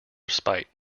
respite